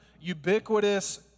ubiquitous